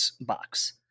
box